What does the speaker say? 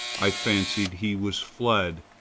i fancied he was fled,